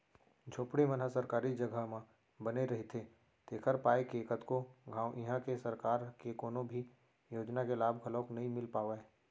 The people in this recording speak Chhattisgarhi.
झोपड़ी मन ह सरकारी जघा म बने रहिथे तेखर पाय के कतको घांव इहां के सरकार के कोनो भी योजना के लाभ घलोक नइ मिल पावय